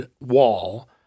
wall